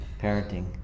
parenting